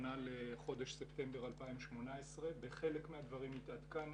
שנכונה לחודש ספטמבר 2018. בחלק מהדברים התעדכנו.